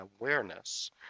awareness